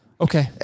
Okay